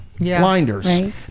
blinders